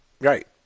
Right